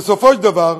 בסופו של דבר,